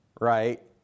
right